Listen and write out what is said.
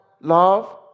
love